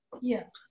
Yes